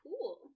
cool